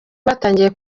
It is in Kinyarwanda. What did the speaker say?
batangiye